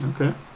Okay